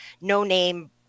no-name